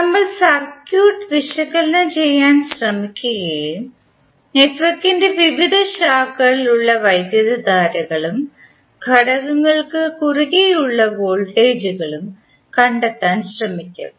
നമ്മൾ സർക്യൂട്ട് വിശകലനം ചെയ്യാൻ ശ്രമിക്കുകയും നെറ്റ്വർക്കിന്റെ വിവിധ ശാഖകളിലുള്ള വൈദ്യുതധാരകളും ഘടകങ്ങൾക്കു കുറുകെ ഉള്ള വോൾടേജുകൾ കണ്ടെത്താൻ ശ്രമിക്കും